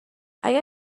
اگر